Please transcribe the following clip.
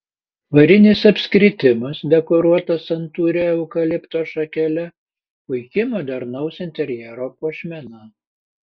varinis apskritimas dekoruotas santūria eukalipto šakele puiki modernaus interjero puošmena